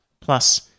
Plus